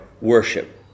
worship